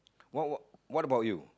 what what what about you